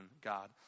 God